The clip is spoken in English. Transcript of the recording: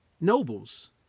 nobles